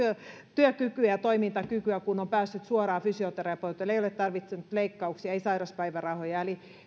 työkykyä ja toimintakykyä kun on päässyt suoraan fysioterapeutille ei ole tarvittu leikkauksia ei sairaspäivärahoja eli